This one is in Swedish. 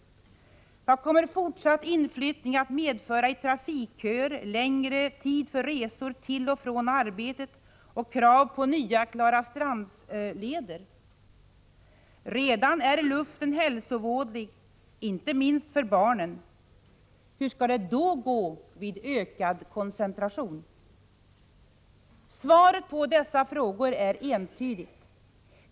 Vad kommer fortsatt inflyttning att medföra i trafikköer, längre tid för resor till och från arbetet och krav på nya Klarastrandsleder? Redan är luften hälsovådlig, inte minst för barnen. Hur skall det då gå vid ökad koncentration? Svaret på dessa frågor är entydigt.